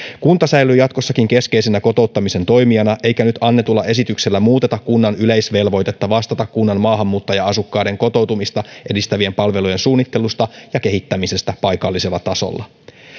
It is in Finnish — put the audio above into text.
kunta säilyy jatkossakin keskeisenä kotouttamisen toimijana eikä nyt annetulla esityksellä muuteta kunnan yleisvelvoitetta vastata kunnan maahanmuuttaja asukkaiden kotoutumista edistävien palvelujen suunnittelusta ja kehittämisestä paikallisella tasolla